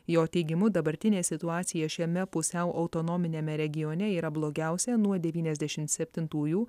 jo teigimu dabartinė situacija šiame pusiau autonominiame regione yra blogiausia nuo devyniasdešimt septintųjų